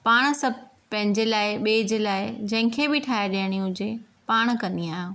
पाण सभु पंहिंजे लाइ ॿिए जे लाइ जंहिंखे बि ठाहे ॾियणी हुजे पाण कंदी आहियां